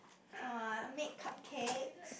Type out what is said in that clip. or I make cupcakes